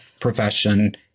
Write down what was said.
profession